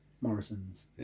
Morrison's